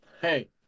Hey